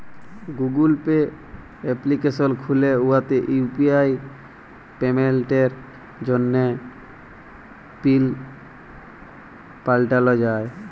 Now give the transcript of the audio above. Google Pay application খ্যুলে উয়াতে UPI পেমেল্টের জ্যনহে পিল পাল্টাল যায়